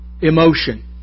emotion